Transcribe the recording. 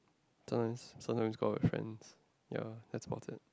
sometimes sometimes go out with friends ya that's about it